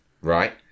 right